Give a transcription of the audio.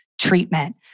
treatment